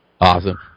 Awesome